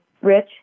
Rich